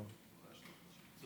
הוא אמר.